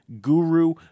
guru